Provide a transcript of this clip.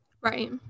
Right